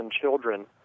children